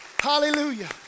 Hallelujah